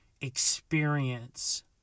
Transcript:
experience